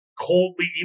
coldly